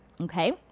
Okay